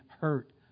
hurt